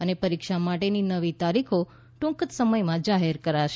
અને પરીક્ષા માટેની નવી તારીખો ટુંક સમયમાં જાહેર કરાશે